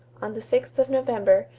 on the sixth of november,